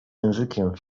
językiem